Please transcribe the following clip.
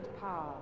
power